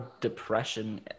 depression